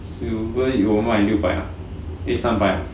silver 有卖六百 ah eh 三百 ah